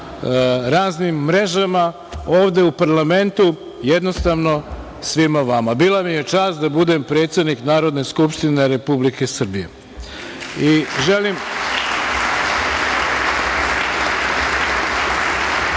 raznim mrežama ovde u parlamentu, jednostavno, svima vama. Bila mi je čast da budem predsednik Narodne skupštine Republike Srbije. Želim